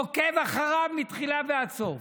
עוקב אחריו מההתחלה ועד הסוף.